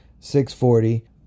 640